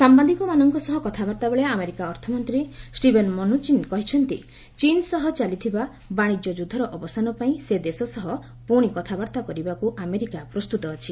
ସାମ୍ବାଦିକମାନଙ୍କ ସହ କଥାବାର୍ତ୍ତାବେଳେ ଆମେରିକା ଅର୍ଥମନ୍ତ୍ରୀ ଷ୍ଟିଭେନ୍ ମନୁଚିନ୍ କହିଛନ୍ତି ଚୀନ ସହ ଚାଲିଥିବା ବାଣିଜ୍ୟ ଯୁଦ୍ଧର ଅବସାନ ପାଇଁ ସେ ଦେଶ ସହ ପୁଣି କଥାବାର୍ତ୍ତା କରିବାକୁ ଆମେରିକା ପ୍ରସ୍ତୁତ ଅଛି